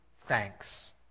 thanks